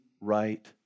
right